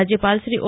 રાજ્યપાલ શ્રી ઓ